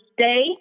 stay